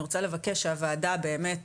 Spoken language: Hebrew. אני רוצה לבקש שהוועדה באמת